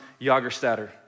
Jagerstatter